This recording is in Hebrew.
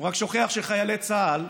הוא רק שוכח שחיילי צה"ל,